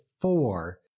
four